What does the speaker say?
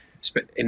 spent